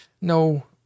no